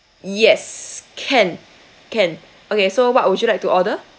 yes can can okay so what would you like to order